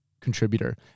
contributor